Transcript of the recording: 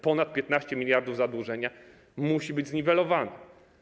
Ponad 15 mld zadłużenia musi być zniwelowane.